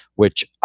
which,